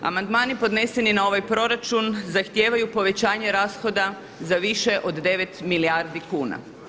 Amandmani podneseni na ovaj proračun zahtijevaju povećanje rashoda za više od 9 milijardi kuna.